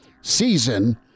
season